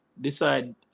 decide